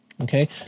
Okay